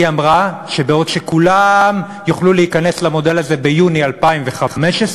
היא אמרה שבעוד שכולם יוכלו להיכנס למודל הזה ביוני 2015,